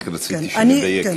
אני רציתי שנדייק.